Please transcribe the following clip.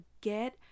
get